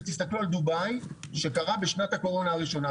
זה תסתכלו על דובאי שקרה בשנת הקורונה הראשונה,